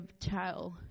child